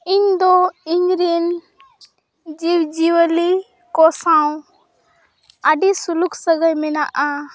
ᱤᱧ ᱫᱚ ᱤᱧᱨᱮᱱ ᱡᱤᱵᱽᱡᱤᱭᱟᱹᱞᱤ ᱠᱚ ᱥᱟᱶ ᱟᱹᱰᱤ ᱥᱩᱞᱩᱠ ᱥᱟᱹᱜᱟᱹᱭ ᱢᱮᱱᱟᱜᱼᱟ